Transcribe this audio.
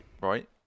right